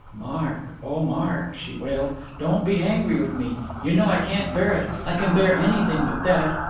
mark, oh, mark, she wailed, don't be angry with me! you know i can't bear it. i can bear anything but that.